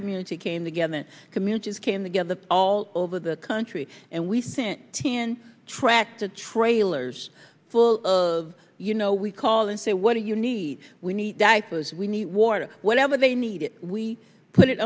community came together and communities came together all over the country and we sent ten tractor trailers full of you know we call and say what do you need we need diapers we need a war or whatever they need it we put it